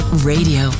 Radio